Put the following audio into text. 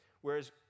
Whereas